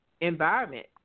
environment